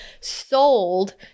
sold